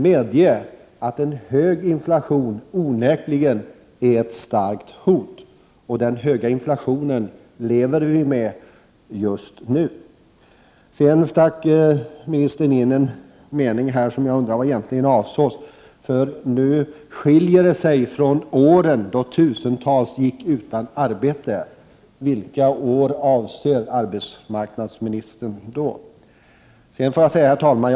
Medge emellertid att en hög inflation onekligen är ett starkt hot. Den höga inflationen lever vi med just nu. Arbetsmarknadsministern stack sedan in en mening, där jag undrar vad som egentligen avsågs. Hon sade att det nu skiljer sig från åren då tusentals gick utan arbete. Vilka år avser arbetsmarknadsministern? Herr talman!